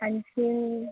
आणखीन